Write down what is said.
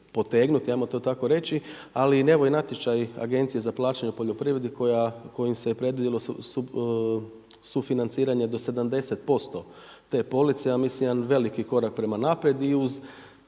potegnuti, ajmo to tako reći, ali evo i natječaji Agencije za plaćanje u poljoprivredi, kojim se predvidjelo sufinanciranje do 70% te police, ja mislim jedan veliki korak prema naprijed i uz